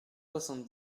soixante